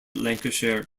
lancashire